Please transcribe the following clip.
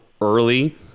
early